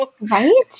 Right